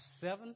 seven